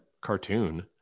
cartoon